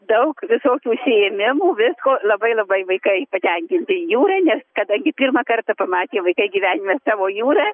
daug visokių užsiėmimų visko labai labai vaikai patenkinti jūra nes kadangi pirmą kartą pamatė vaikai gyvenime savo jūrą